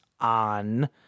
on